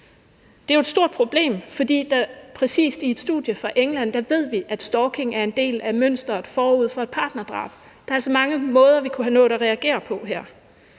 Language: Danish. ved fra et studie fra England, at stalkingen netop er en del af mønsteret forud for et partnerdrab. Der er altså mange måder, vi kunne have nået at reagere på